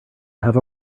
have